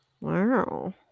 wow